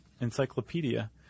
encyclopedia